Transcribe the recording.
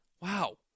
Wow